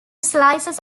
slices